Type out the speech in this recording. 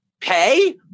pay